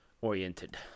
Oriented